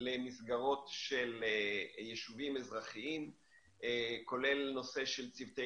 למסגרות של יישובים אזרחיים כולל נושא של צוותי